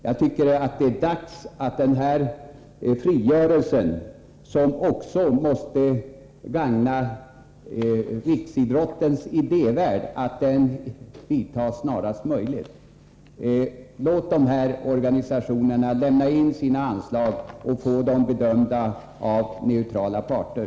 Jag tycker att det är dags att denna frigörelse, som också måste gagna riksidrottens idévärld, snarast möjligt kommer till stånd. Låt dessa organisationer lämna in sina anslagsyrkanden och få dem bedömda av neutrala parter.